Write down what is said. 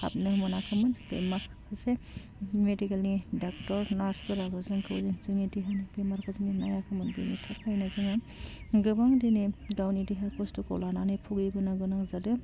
हाबनो मोनाखैमोन मा जे मेडिकेलनि डाक्टर नार्सफोराबो जोंखौ जोंनि देहानि बेमारखौ जोंनि नायाखैमोन बिनि थाखायनो जोङो गोबां दिनै गावनि देहा खस्थ'खौ लानानै भुगिबोनो गोनां जादों